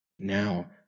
Now